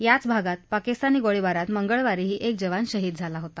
याच भागात पाकिस्तानी गोळीबारात मंगळवारीही एक जवान शहीद झाला होता